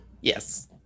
yes